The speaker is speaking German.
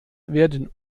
werden